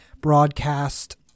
broadcast